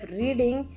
reading